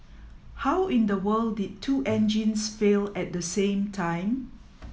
how in the world did two engines fail at the same time